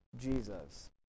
Jesus